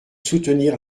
soutenir